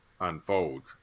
unfolds